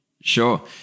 Sure